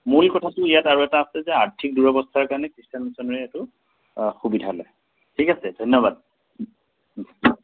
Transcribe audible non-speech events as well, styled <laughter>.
মূল কথাটো ইয়াত আৰু এটা আছে যে আৰ্থিক দূৰৱস্থাৰ কাৰণে খ্ৰীষ্টান মিছনেৰীয়ে এইটো সুবিধা লয় ঠিক আছে ধন্যবাদ <unintelligible>